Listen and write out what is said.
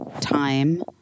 time